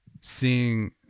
seeing